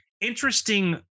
interesting